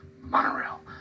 Monorail